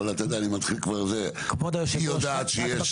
אבל אתה יודע, אני מתחיל, היא יודעת שיש